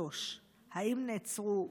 3. האם נעצרו חשודים?